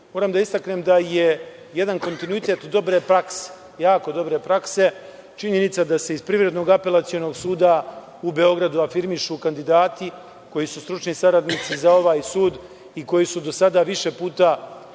moram da istaknem da je jedan kontinuitet dobre prakse, jako dobre prakse, činjenica da se iz Privrednog apelacionog suda u Beogradu afirmišu kandidati koji su stručni saradnici za ovaj sud i koji su do sada više puta